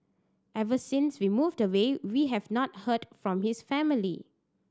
ever since we moved away we have not heard from his family